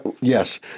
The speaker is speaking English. Yes